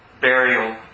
burial